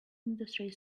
industry